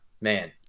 man